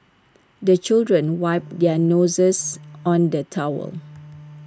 the children wipe their noses on the towel